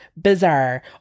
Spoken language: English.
bizarre